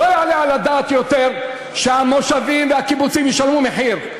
לא יעלה על הדעת יותר שהמושבים והקיבוצים ישלמו מחיר.